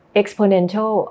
exponential